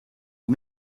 nog